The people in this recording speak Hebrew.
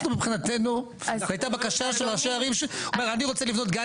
אנחנו מבחינתנו הייתה בקשה של ראשי ערים שאומרים אני רוצה לבנות גן